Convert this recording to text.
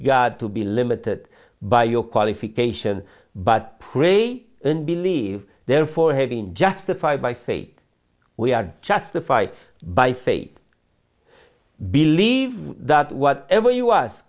god to be limited by your qualification but pray and believe therefore have been justified by faith we are justified by faith believe that whatever you us